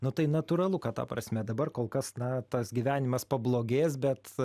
nu tai natūralu kad ta prasme dabar kol kas na tas gyvenimas pablogės bet